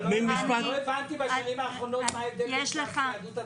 לא הבנתי בשנים האחרונות מה ההבדל בין ש"ס ליהדות התורה.